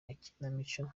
makinamico